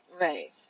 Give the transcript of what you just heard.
Right